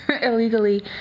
illegally